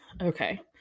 Okay